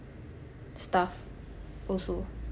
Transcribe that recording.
stuff also